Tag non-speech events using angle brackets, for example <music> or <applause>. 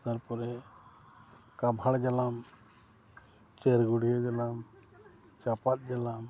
ᱛᱟᱨᱯᱚᱨᱮ ᱠᱟᱵᱷᱟᱲ ᱡᱟᱞᱟᱢ <unintelligible> ᱡᱟᱞᱟᱢ ᱪᱟᱯᱟᱫ ᱡᱟᱞᱟᱢ